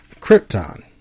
Krypton